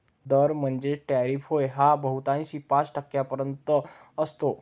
दर म्हणजेच टॅरिफ होय हा बहुतांशी पाच टक्क्यांपर्यंत असतो